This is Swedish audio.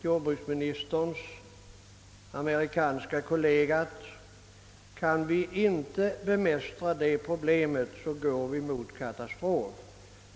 Jordbruksministerns amerikanske kollega uttalade att vi, om vi inte kan bemästra det problemet, går mot en kata strof.